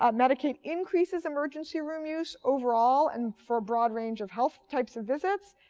um medicaid increases emergency room use overall and for a broad range of health types of visits.